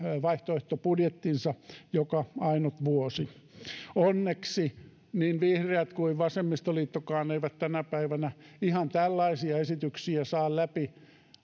vaihtoehtobudjettinsa joka ainut vuosi onneksi niin vihreät kuin vasemmistoliittokaan eivät tänä päivänä ihan tällaisia esityksiä saa läpi